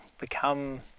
become